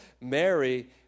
Mary